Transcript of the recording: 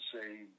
say